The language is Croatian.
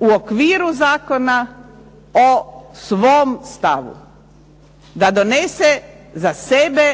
u okviru zakona o svom stavu, da donese za sebe